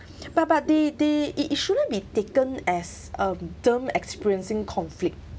but but but they they it it shouldn't be taken as um term experiencing conflict